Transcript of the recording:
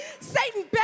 satan